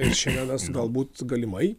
ir šiandien mes galbūt galimai